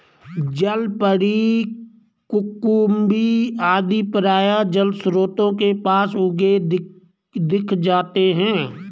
जलपरी, कुकुम्भी आदि प्रायः जलस्रोतों के पास उगे दिख जाते हैं